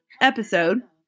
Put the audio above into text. episode